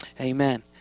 Amen